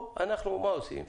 מה עושים?